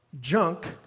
junk